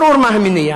ברור מה המניע.